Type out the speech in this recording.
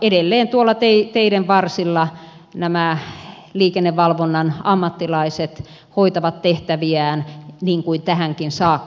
edelleen teiden varsilla nämä liikennevalvonnan ammattilaiset hoitavat tehtäviään niin kuin tähänkin saakka